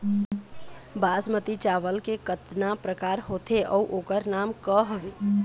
बासमती चावल के कतना प्रकार होथे अउ ओकर नाम क हवे?